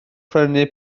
prynu